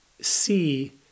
see